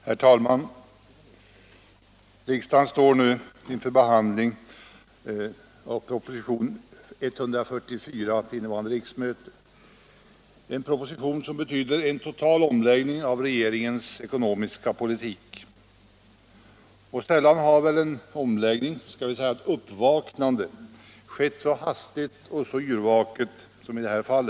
Herr talman! Riksdagen står nu inför behandlingen av propositionen 144 till innevarande riksmöte, en proposition som betyder en total omläggning av regeringens ekonomiska politik. Sällan har väl en omläggning, skall vi säga ett uppvaknande, skett så hastigt och så yrvaket som i detta fall.